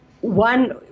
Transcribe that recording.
One